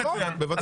אז מצוין.